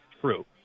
true